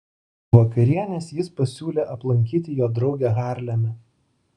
po vakarienės jis pasiūlė aplankyti jo draugę harleme